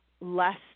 less